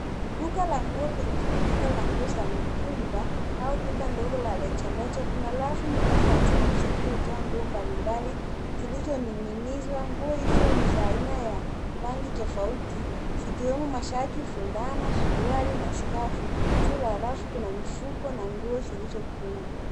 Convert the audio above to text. Duka la nguo pengine duka la nguo za mitumba au duka ndogo la rejareja. Kuna rafu nyingi za chuma zilizojaa nguo mbalimbali zilizoning'inizwa. Nguo hizo ni za aina ya rangi tofauti zikiwemo mashati, fulana, suruali na skafu. Juu la rafu kuna mfuko na nguo zilizokunjwa.